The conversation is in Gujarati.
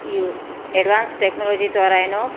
એ એડવાન્સ ટેકનોલોજી દ્વારા એનો